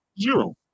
zero